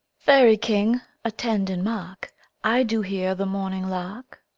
fairy king, attend and mark i do hear the morning lark.